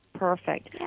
Perfect